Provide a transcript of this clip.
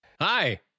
Hi